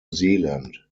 zealand